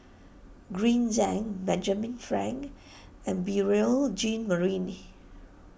Green Zeng Benjamin Frank and Beurel Jean Marie